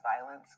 violence